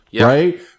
right